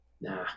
Nah